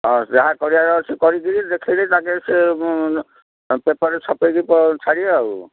ହଁ ଯାହା କରିବାରେ ଅଛି କରିକିରି ଦେଖେଇଲେ ତାଙ୍କେ ସେ ପେପର୍ ଛପେଇକି ଛାଡ଼ିବେ ଆଉ